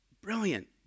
brilliant